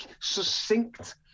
succinct